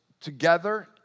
together